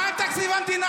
מה עם תקציב המדינה?